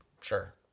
Sure